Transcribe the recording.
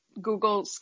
Google